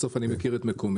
בסוף אני מכיר את מקומי.